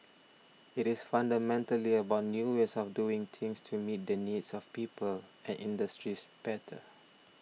it is fundamentally about new ways of doing things to meet the needs of people and industries better